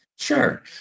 Sure